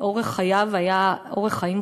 אורח חייו היה חרדי.